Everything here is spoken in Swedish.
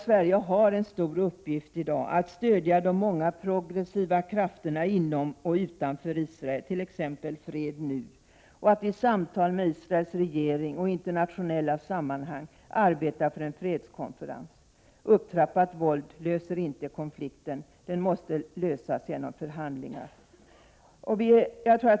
Sverige har en stor uppgift i att stödja de många progressiva krafterna inom och utanför Israel — t.ex. rörelsen Fred Nu — och att i samtal med Israels regering och i internationella sammanhang arbeta för en fredskonferens. Upptrappat våld löser inte konflikten. Den måste lösas genom förhandlingar.